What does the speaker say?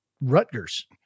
Rutgers